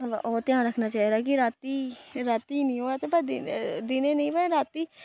ओह्दा ध्यान रक्खना चाहिदा कि राती राती निं होऐ ते भाएं दिनै दिनै नेईं भाएं राती